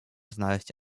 znaleźć